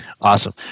Awesome